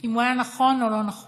אם הוא היה נכון או לא נכון,